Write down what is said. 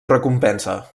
recompensa